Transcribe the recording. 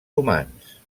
humans